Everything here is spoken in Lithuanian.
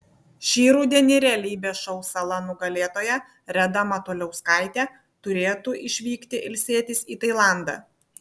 šį rudenį realybės šou sala nugalėtoja reda matuliauskaitė turėtų išvykti ilsėtis į tailandą